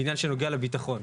בעניין שנוגע לביטחון.